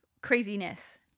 craziness